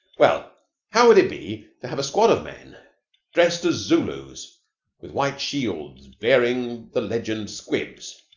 well, how would it be to have a squad of men dressed as zulus with white shields bearing the legend squibs?